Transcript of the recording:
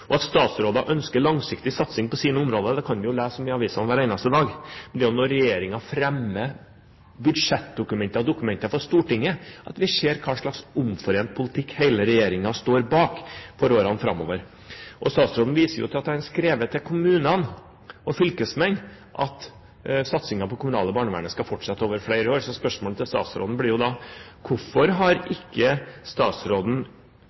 At statsråder ønsker langsiktig satsing på sine områder, kan vi lese om i avisen hver eneste dag. Det er jo når regjeringen fremmer budsjettdokumenter og dokumenter for Stortinget, at vi ser hva slags omforent politikk hele regjeringen står bak for årene framover. Statsråden viser til at han har skrevet til kommunene og fylkesmennene at satsingen på det kommunale barnevernet skal fortsette over flere år. Spørsmålet til statsråden blir da: Hvorfor har ikke statsråden